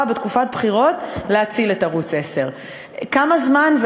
בתקופת בחירות: להציל את ערוץ 10. כמה זמן,